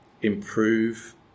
improve